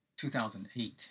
2008